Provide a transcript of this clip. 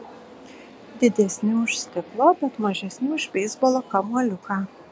didesni už stiklo bet mažesni už beisbolo kamuoliuką